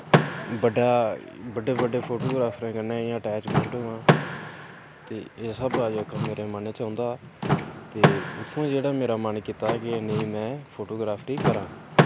बड़ा बड्डे बड्डे फोटू ग्राफ्रें कन्नै अटैचमैंट होआं ते इस स्हाबै दा जेह्का मेरे मनै च औंदा हा ते उत्थुआं जेह्ड़ा मेरा मन कीता कि नेईं में फोटोग्राफी करां